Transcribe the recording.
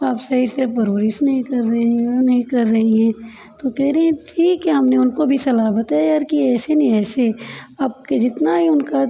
आप सही से परवरिश नहीं कर रही हैं नहीं कर रही है तो कहे रही हैं ठीक है हमने उनको भी सलाह बताया यार कि ऐसे नहीं ऐसे आपका जितना ये उनका